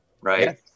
right